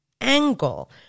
angle